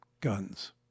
guns